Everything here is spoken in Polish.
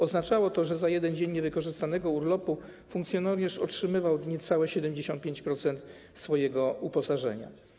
Oznaczało to, że za 1 dzień niewykorzystanego urlopu funkcjonariusz otrzymywał niecałe 75% swojego uposażenia.